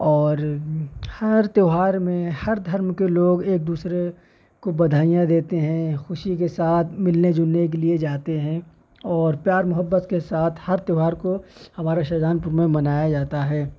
اور ہر تہوار میں ہر دھرم کے لوگ ایک دوسرے کو بدھائیاں دیتے ہیں خوشی کے ساتھ ملنے جلنے کے لیے جاتے ہیں اور پیار محبت کے ساتھ ہر تہوار کو ہمارے شاہجہان پور میں منایا جاتا ہے